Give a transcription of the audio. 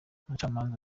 umucamanza